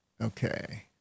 Okay